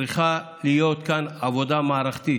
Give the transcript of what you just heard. צריכה להיות כאן עבודה מערכתית.